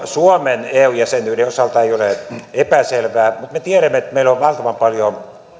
suomen eu jäsenyyden osalta ei ole epäselvää mutta me tiedämme että meillä on on valtavan paljon